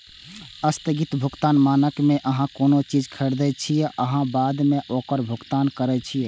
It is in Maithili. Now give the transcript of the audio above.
स्थगित भुगतान मानक मे अहां कोनो चीज खरीदै छियै आ बाद मे ओकर भुगतान करै छियै